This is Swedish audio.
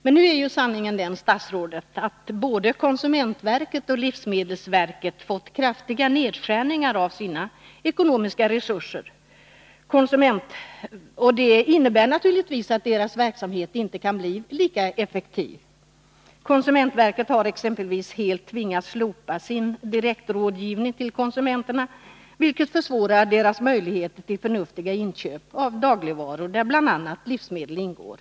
Men nu är ju sanningen den, fru statsråd, att både konsumentverket och livsmedelsverket fått kraftiga nedskärningar av sina ekonomiska resurser, vilket naturligtvis innebär att deras verksamhet inte kan bli lika effektiv. Konsumentverket har exempelvis helt tvingats slopa sin direktrådgivning till konsumenterna, vilket minskar deras möjligheter att göra förnuftiga inköp av dagligvaror, där bl.a. livsmedel ingår.